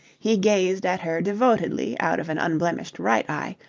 he gazed at her devotedly out of an unblemished right eye,